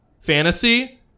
fantasy